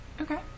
Okay